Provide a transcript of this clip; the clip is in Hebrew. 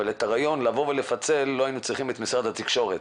אבל בשביל הרעיון לפצל לא איינו צריכים את משרד התקשורת.